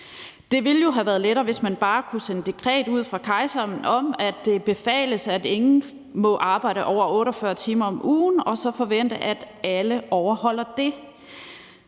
Det ville jo have været lettere, hvis man bare kunne sende dekret ud fra kejseren om, at det befales, at ingen må arbejde over 48 timer om ugen, og så forvente, at alle overholdt det.